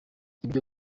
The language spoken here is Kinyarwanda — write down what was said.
ibya